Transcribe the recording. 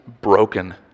broken